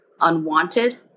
unwanted